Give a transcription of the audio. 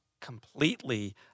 completely